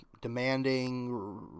demanding